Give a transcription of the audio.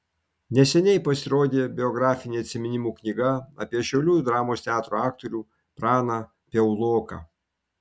neseniai pasirodė biografinė atsiminimų knyga apie šiaulių dramos teatro aktorių praną piauloką